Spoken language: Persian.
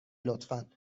لطفا